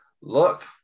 look